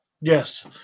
Yes